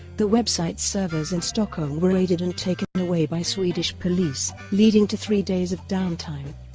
the website's servers in stockholm were raided and taken away by swedish police, leading to three days of downtime.